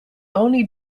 only